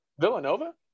Villanova